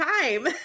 time